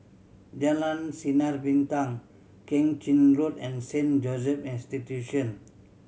Jalan Sinar Bintang Keng Chin Road and Saint Joseph Institution